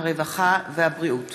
הרווחה והבריאות.